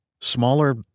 smaller